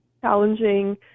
challenging